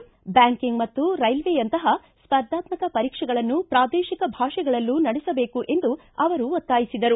banking ಮತ್ತು railway ಯಂತಪ ಸ್ಪರ್ಧಾತ್ತಕ ಪರೀಕ್ಷೆಗಳನ್ನು ಪ್ರಾದೇಶಿಕ ಭಾಷೆಗಳಲ್ಲೂ ನಡೆಸಬೇಕು ಎಂದು ಅವರು ಒತ್ತಾಯಿಸಿದರು